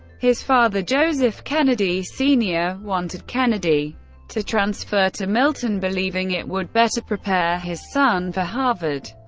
his father, joseph kennedy sr. wanted kennedy to transfer to milton, believing it would better prepare his son for harvard.